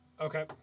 Okay